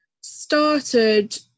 started